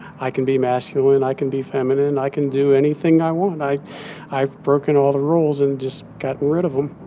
i can be masculine. and i can be feminine. i can do anything i want. i've broken all the rules and just gotten rid of them